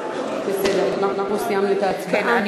בסדר, אנחנו סיימנו את ההצבעה.